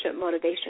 motivation